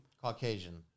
Caucasian